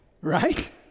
Right